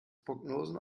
prognosen